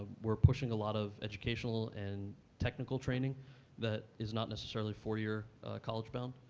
we're pushing a lot of educational and technical training that is not necessarily for your college bound.